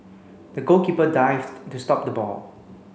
the goalkeeper dived to stop the ball